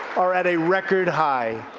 are at a record high.